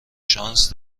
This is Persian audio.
شانس